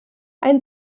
ein